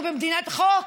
אנחנו במדינת חוק,